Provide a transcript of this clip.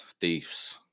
thieves